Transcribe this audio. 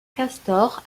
castor